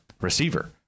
receiver